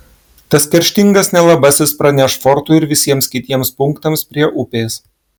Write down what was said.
tas kerštingas nelabasis praneš fortui ir visiems kitiems punktams prie upės